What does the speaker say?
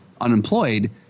unemployed